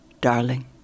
darling